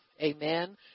Amen